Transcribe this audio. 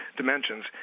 dimensions